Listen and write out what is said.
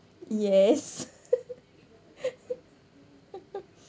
yes